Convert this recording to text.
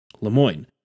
Lemoyne